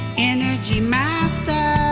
energy master